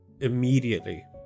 immediately